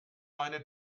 meine